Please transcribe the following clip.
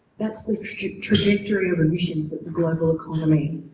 that's the trajectory of emissions that the global economy